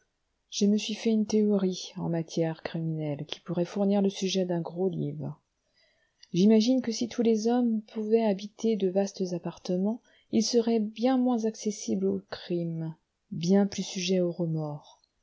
je me suis fait une théorie en matière criminelle qui pourrait fournir le sujet d'un gros livre j'imagine que si tous les hommes pouvaient habiter de vastes appartements ils seraient bien moins accessibles au crime bien plus sujets aux remords